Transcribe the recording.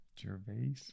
Gervais